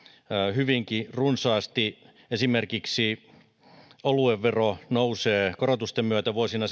hyvinkin runsaasti esimerkiksi oluen vero nousee korotusten myötä vuosina